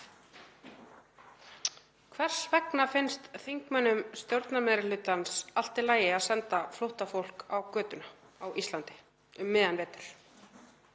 Hvers vegna finnst þingmönnum stjórnarmeirihlutans allt í lagi að senda flóttafólk á götuna á Íslandi um miðjan vetur?